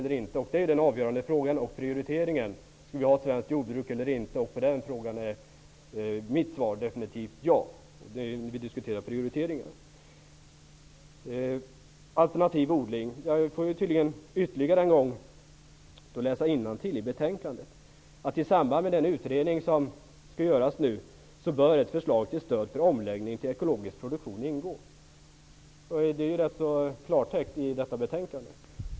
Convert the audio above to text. Det är den avgörande frågan och prioriteringen det handlar om. Skall vi ha ett svenskt jordbruk eller inte? När vi diskuterar prioriteringar är mitt svar på den frågan definitivt ja. När det gäller alternativ odling får jag tydligen ytterligare en gång läsa innantill i betänkandet. I samband med den utredning som skall göras nu ''bör ett förslag till stöd för omläggning till ekologisk produktion ingå''. Det står i klartext i betänkandet.